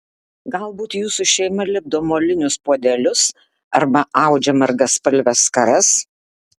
galbūt jūsų šeima lipdo molinius puodelius arba audžia margaspalves skaras